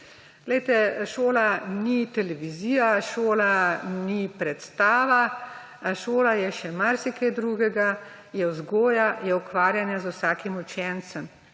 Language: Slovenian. Glejte, šola ni televizija, šola ni predstava. Šola je še marsikaj drugega, je vzgoja, je ukvarjanje z vsakim učencem.